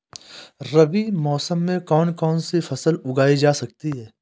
रबी मौसम में कौन कौनसी फसल उगाई जा सकती है?